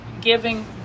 giving